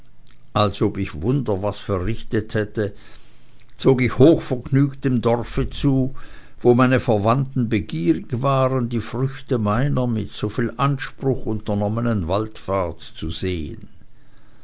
als ob ich wunder was verrichtet hätte zog ich hochvergnügt dem dorfe zu wo meine verwandten begierig waren die früchte meiner mit soviel anspruch unternommenen waldfahrt zu sehen